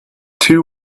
two